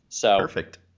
Perfect